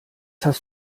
hast